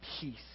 peace